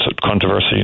controversy